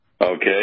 okay